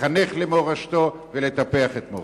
לחנך למורשתו ולטפח את מורשתו.